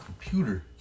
computer